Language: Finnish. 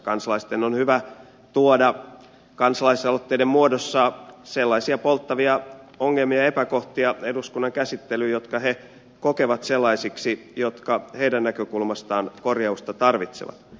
kansalaisten on hyvä tuoda kansalaisaloitteiden muodossa sellaisia polttavia ongelmia ja epäkohtia eduskunnan käsittelyyn jotka he kokevat sellaisiksi jotka heidän näkökulmastaan korjausta tarvitsevat